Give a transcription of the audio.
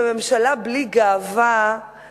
בממשלה בלי גאווה,